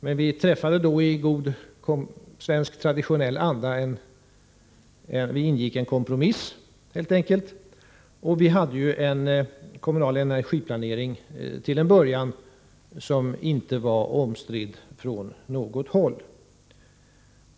Men vi ingick i god svensk traditionell anda en kompromiss, och vi hade till en början en kommunal energiplanering som inte var omstridd från något håll.